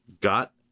Got